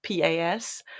PAS